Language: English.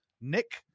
nick